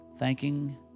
Thanking